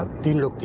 ah didn't you